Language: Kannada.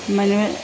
ಮನೆ